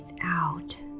out